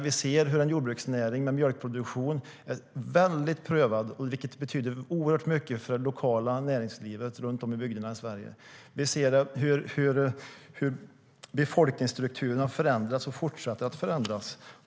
Vi ser hur en jordbruksnäring med mjölkproduktion är väldigt prövad, vilket betyder oerhört mycket för det lokala näringslivet runt om i bygderna i Sverige. Vi ser hur befolkningsstrukturerna förändras och fortsätter att förändras.